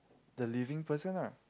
the living person ah